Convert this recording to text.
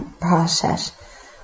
process